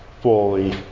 fully